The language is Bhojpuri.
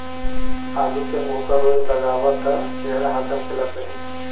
आलू के मुंह पर रोज लगावअ त चेहरा हरदम खिलल रही